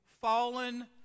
fallen